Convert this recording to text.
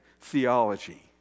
theology